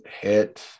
hit